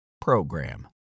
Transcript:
PROGRAM